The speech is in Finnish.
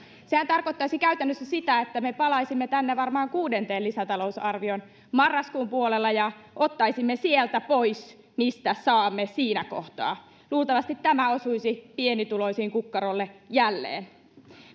sehän tarkoittaisi käytännössä sitä että me palaisimme tänne varmaan kuudennella lisätalousarviolla marraskuun puolella ja ottaisimme sieltä pois mistä saamme siinä kohtaa luultavasti tämä osuisi pienituloisten kukkarolle jälleen sen sijaan kysyn